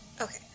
Okay